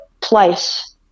place